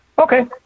Okay